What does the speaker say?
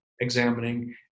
examining